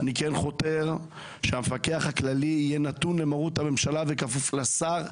אני כן חותר שהמפקח הכללי יהיה נתון למרות הממשלה וכפוף לשר,